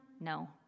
No